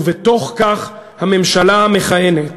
ובתוך כך הממשלה המכהנת,